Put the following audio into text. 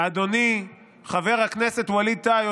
אדוני חבר הכנסת ווליד טאהא,